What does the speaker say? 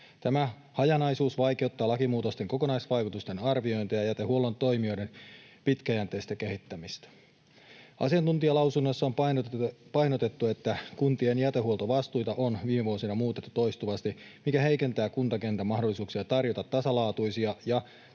Tämä hajanaisuus vaikeuttaa lakimuutosten kokonaisvaikutusten arviointeja ja jätehuollon toimijoiden pitkäjänteistä kehittämistä. Asiantuntijalausunnoissa on painotettu, että kuntien jätehuoltovastuita on viime vuosina muutettu toistuvasti, mikä heikentää kuntakentän mahdollisuuksia tarjota tasalaatuisia ja